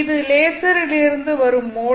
இது லேசரிலிருந்து வரும் மோடை